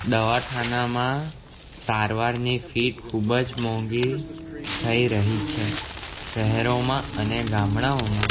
દવાખાનામાં સારવારની ફી ખૂબ જ મોંઘી થઈ રહી છે શેહરોમાં અને ગામડાઓમાં